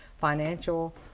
financial